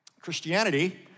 Christianity